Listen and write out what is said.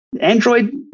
Android